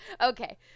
Okay